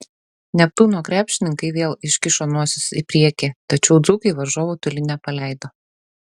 neptūno krepšininkai vėl iškišo nosis į priekį tačiau dzūkai varžovų toli nepaleido